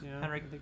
Henry